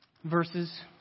Verses